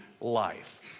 life